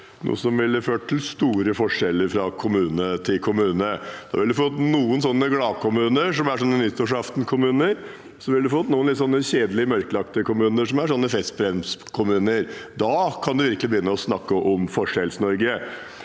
vedtatt, ville ført til store forskjeller fra kommune til kommune. Vi ville fått noen gladkommuner som er nyttårsaftenkommuner, og vi ville fått noen kjedelige, mørklagte kommuner som er festbremskommuner. Da kan man virkelig begynne å snakke om Forskjells-Norge.